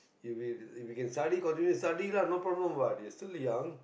if you if you can study then continue study lah no problem what you are still young